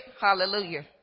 Hallelujah